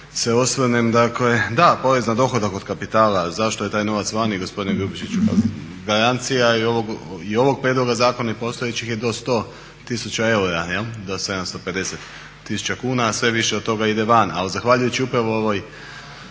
Dakle, da porez na dohodak od kapitala, zašto je taj novaca vani gospodine Grubišiću, pa garancija i ovog prijedloga zakona i postojećih je do 100 tisuća eura, do 750 tisuća kuna a sve više od toga ide van. Ali zahvaljujući upravo ovoj